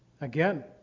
Again